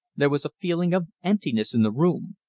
there was a feeling of emptiness in the room.